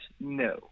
no